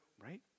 Right